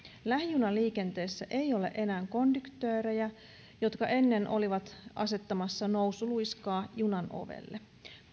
lähijunaliikenteessä ei ole enää konduktöörejä jotka ennen olivat asettamassa nousuluiskaa junan ovelle